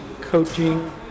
coaching